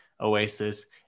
OASIS